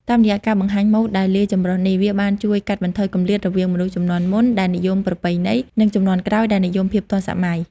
តាមរយៈការបង្ហាញម៉ូដដែលលាយចម្រុះនេះ វាបានជួយកាត់បន្ថយគម្លាតរវាងមនុស្សជំនាន់មុនដែលនិយមប្រពៃណី និងជំនាន់ក្រោយដែលនិយមភាពទាន់សម័យ។